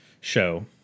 show